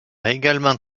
également